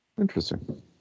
Interesting